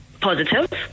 positive